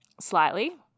slightly